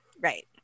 right